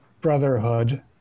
Brotherhood